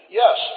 yes